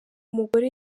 umugore